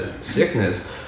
sickness